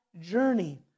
journey